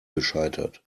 gescheitert